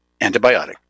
antibiotic